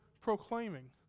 proclaiming